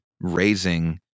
raising